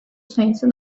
sayısı